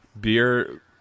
beer